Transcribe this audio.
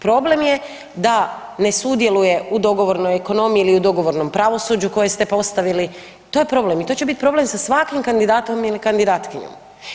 Problem je da ne sudjeluje u dogovornoj ekonomiji ili u dogovornom pravosuđu koje ste postavili, to je problem i to će biti problem sa svakim kandidatom ili kandidatkinjom.